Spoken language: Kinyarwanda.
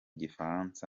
gifaransa